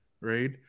right